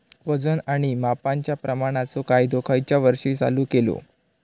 वजन आणि मापांच्या प्रमाणाचो कायदो खयच्या वर्षी चालू केलो?